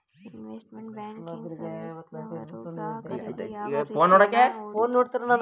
investment banking ಸರ್ವಿಸ್ನವರು ಗ್ರಾಹಕರಿಗೆ ಯಾವ ರೀತಿ ಹಣ ಹೂಡಿಕೆ ಮಾಡಬೇಕು ಅಂತ ಹೇಳಿಕೊಟ್ಟರು